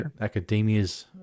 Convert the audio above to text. academia's